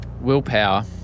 Willpower